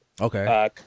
Okay